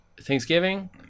Thanksgiving